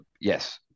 yes